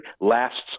lasts